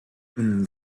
een